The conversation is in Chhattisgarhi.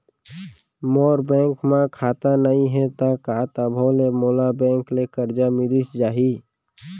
मोर बैंक म खाता नई हे त का तभो ले मोला बैंक ले करजा मिलिस जाही?